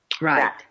Right